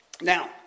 Now